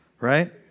right